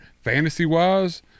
fantasy-wise